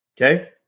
Okay